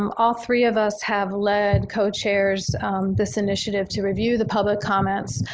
um all three of us have led, co-chairs this initiative to review the public comments,